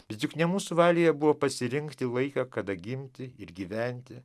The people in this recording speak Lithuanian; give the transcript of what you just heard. bet juk ne mūsų valioje buvo pasirinkti laiką kada gimti ir gyventi